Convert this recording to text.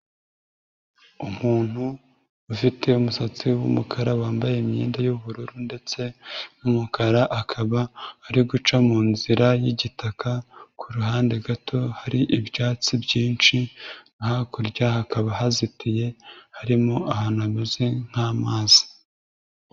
Umuntu ufite umusatsi w'umukara wambaye imyenda y'ubururu ndetse n'umukara akaba ari guca munzira y'igitaka, ku ruhande gato hari ibyatsi byinshi, hakurya hakaba hazitiye, harimo ahantu hameze nk'amazi.